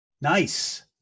Nice